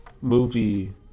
movie